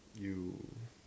you